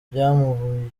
by’amabuye